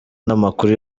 n’amakuru